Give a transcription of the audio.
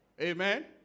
Amen